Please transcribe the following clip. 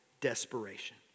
desperation